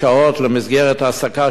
למסגרת העסקה שנתית,